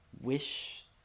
wish